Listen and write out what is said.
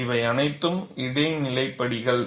இவை அனைத்தும் இடைநிலை படிகள்